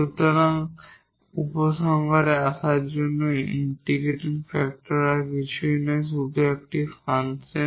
সুতরাং উপসংহারে আসার জন্য ইন্টিগ্রেটিং ফ্যাক্টর আর কিছুই নয় শুধু একটি ফাংশন